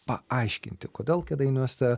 paaiškinti kodėl kėdainiuose